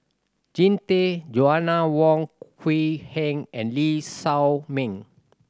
Jean Tay Joanna Wong Quee Heng and Lee Shao Meng